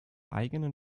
eigenen